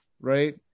right